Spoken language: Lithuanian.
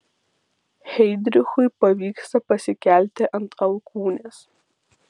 heidrichui pavyksta pasikelti ant alkūnės